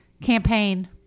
campaign